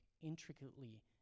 intricately